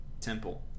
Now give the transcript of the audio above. temple